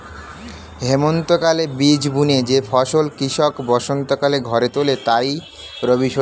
হেমন্তকালে বীজ বুনে যে ফসল কৃষক বসন্তকালে ঘরে তোলে তাই রবিশস্য